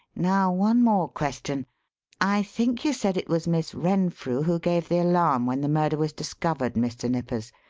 now one more question i think you said it was miss renfrew who gave the alarm when the murder was discovered, mr. nippers.